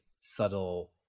subtle